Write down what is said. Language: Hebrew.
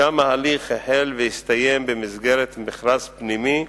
שם ההליך החל והסתיים במסגרת מכרז פנימי,